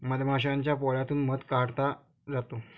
मधमाशाच्या पोळ्यातून मध काढला जातो